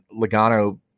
Logano